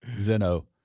Zeno